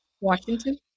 Washington